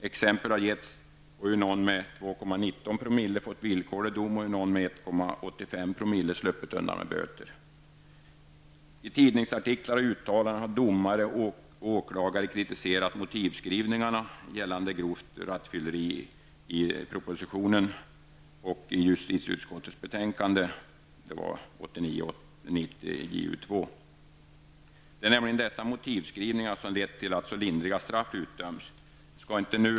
Exempel har getts på hur någon med 2,19 promille fått villkorlig dom och någon med 1,85 promille sluppit undan med böter. I tidningsartiklar och uttalanden har bl.a. domare och åklagare kritiserat motivskrivningarna gällande grovt rattfylleri i propositionen och i justitieutskottets betänkande 1989/90:JuU2. Det är nämligen dessa motivskrivningar som lett till att så lindriga straff utdöms.